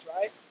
right